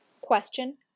Question